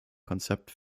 konzept